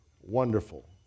wonderful